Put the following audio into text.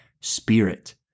spirit